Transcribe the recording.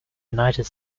united